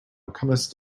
comest